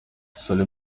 solly